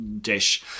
dish